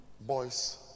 boys